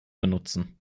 benutzen